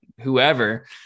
whoever